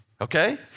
Okay